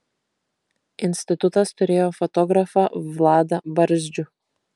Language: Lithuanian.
institutas turėjo fotografą vladą barzdžių